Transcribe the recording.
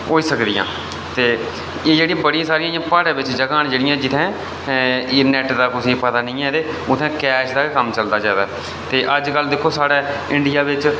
होई सकदियां ते एह् जेह्ड़ियां बड़ियां सारियां प्हाड़े च जगहां न जित्थै नैट दा कुसै गी पता नेईं ऐ ते उत्थै कैश दा गै ज्यादा कम्म चलदा ते अजकल दिक्खो साढ़ै इंडिया दे बिच